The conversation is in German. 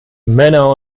männer